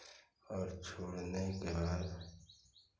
और छोड़ने के बाद